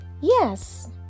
yes